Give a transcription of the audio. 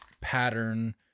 pattern